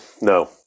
No